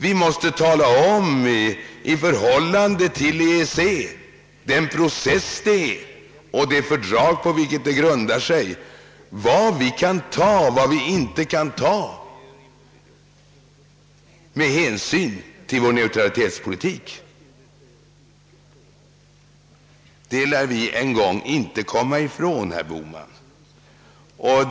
Vi måste tala om vad det är i EEC och i fördraget på vilket sammanslutningen grundar sig, som vi med hänsyn till vår neutralitetspolitik kan acceptera eller inte kan acceptera. Det lär vi inte komma ifrån en gång, herr Bohman.